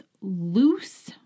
loose